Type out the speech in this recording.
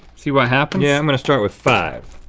see what happens? yeah i'm gonna start with five.